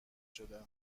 شدی